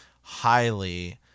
highly